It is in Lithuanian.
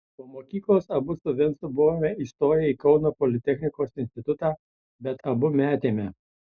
po mokyklos abu su vincu buvome įstoję į kauno politechnikos institutą bet abu metėme